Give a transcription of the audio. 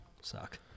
Suck